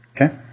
Okay